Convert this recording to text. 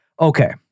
Okay